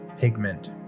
pigment